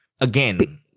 again